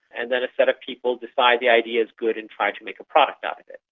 and then a set of people decide the idea is good and try to make a product out of it.